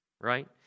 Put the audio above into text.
right